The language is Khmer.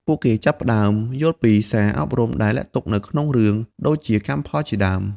ពួកគេចាប់ផ្តើមយល់ពីសារអប់រំដែលលាក់ទុកនៅក្នុងរឿងដូចជាកម្មផលជាដើម។